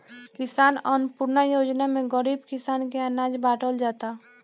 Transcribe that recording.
किसान अन्नपूर्णा योजना में गरीब किसान के अनाज बाटल जाता